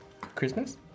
Christmas